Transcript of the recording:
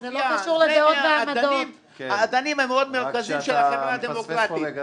זה מהאדנים המאוד מרכזיים של החברה דמוקרטית.